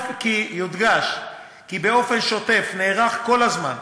יודגש כי באופן שוטף נערך כל הזמן,